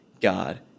God